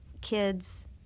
kids